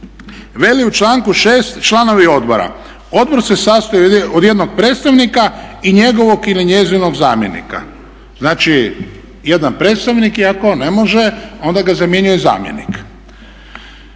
veli u članku 6. članovi odbora, odbor se sastoji od jednog predstavnika i njegovog ili njezinog zamjenika. Znači jedan predstavnik i ako ne može onda ga zamjenjuje zamjenik.